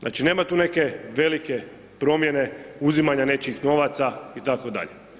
Znači nema tu neke velike promjene uzimanje nečijih novaca itd.